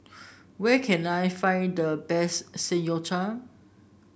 where can I find the best Samgeyopsal